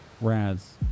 Raz